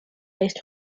based